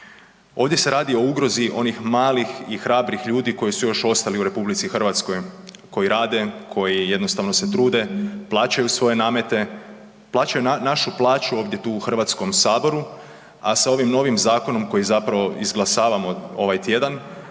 Ovdje se radi o ugrozi onih malih i hrabrih ljudi koji su još ostali u RH, koji rade, koji jednostavno se trude, plaćaju svoje namete, plaćaju našu plaću ovdje tu u Hrvatskome saboru, a sa ovim novim zakonom koji zapravo izglasavamo ovaj tjedan,